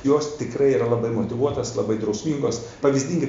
jos tikrai yra labai motyvuotas labai drausmingos pavyzdingi